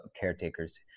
caretakers